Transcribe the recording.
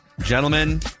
Gentlemen